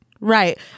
Right